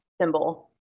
symbol